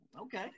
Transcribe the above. Okay